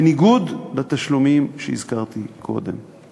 בניגוד לתשלומים שהזכרתי קודם.